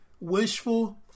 wishful